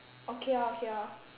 okay lor okay lor